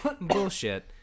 bullshit